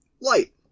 light